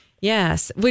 yes